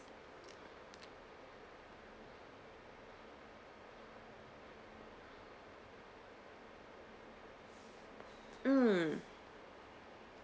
mm